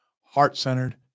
heart-centered